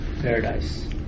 Paradise